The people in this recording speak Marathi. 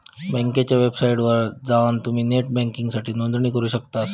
बँकेच्या वेबसाइटवर जवान तुम्ही नेट बँकिंगसाठी नोंदणी करू शकतास